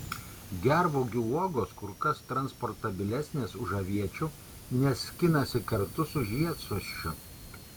gervuogių uogos kur kas transportabilesnės už aviečių nes skinasi kartu su žiedsosčiu